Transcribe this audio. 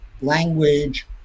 language